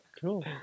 Cool